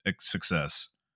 success